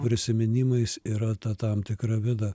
prisiminimais yra ta tam tikra bėda